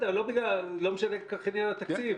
לא משנה כל כך עניין התקציב.